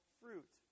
fruit